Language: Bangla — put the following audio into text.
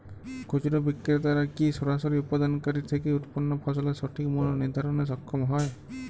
খুচরা বিক্রেতারা কী সরাসরি উৎপাদনকারী থেকে উৎপন্ন ফসলের সঠিক মূল্য নির্ধারণে সক্ষম হয়?